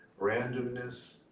randomness